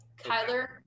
Kyler